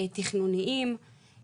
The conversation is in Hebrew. תכנוניים,